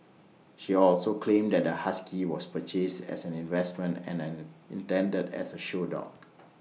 she also claimed that the husky was purchased as an investment and intended as A show dog